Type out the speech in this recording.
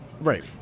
Right